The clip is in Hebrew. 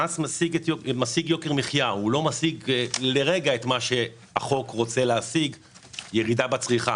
המס מביא ליוקר מחייה ולא משיג לרגע את הירידה בצריכה.